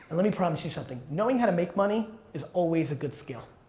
and let me promise you something, knowing how to make money is always a good skill,